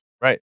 right